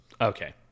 Okay